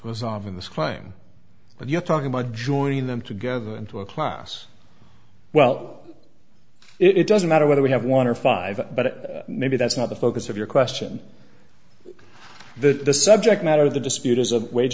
es off in this crime but you're talking about joining them together into a class well it doesn't matter whether we have one or five but maybe that's not the focus of your question that the subject matter of the dispute is of wage